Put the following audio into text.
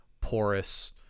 porous